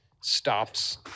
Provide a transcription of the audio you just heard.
stops